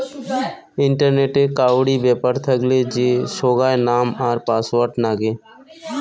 ইন্টারনেটে কাউরি ব্যাপার থাকলে যে সোগায় নাম আর পাসওয়ার্ড নাগে